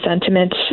sentiment